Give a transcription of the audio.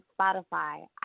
Spotify